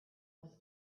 was